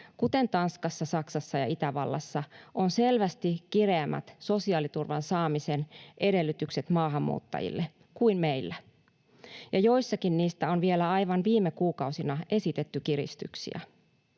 kuten Tanskassa, Saksassa ja Itävallassa, on selvästi kireämmät sosiaaliturvan saamisen edellytykset maahanmuuttajille kuin meillä, ja joissakin niistä on vielä aivan viime kuukausina esitetty kiristyksiä.